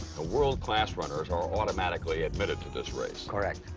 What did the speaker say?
the world-class runners are automatically admitted to this race. correct.